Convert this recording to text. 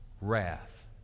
wrath